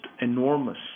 enormous